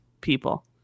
people